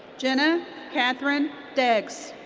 jenna kathryn deggs.